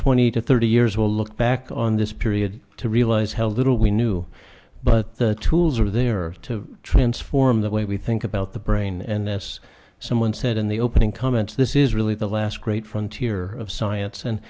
twenty to thirty years we'll look back on this period to realize held little we knew but the tools are there to transform the way we think about the brain and this someone said in the opening comments this is really the last great frontier of science and